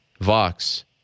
Vox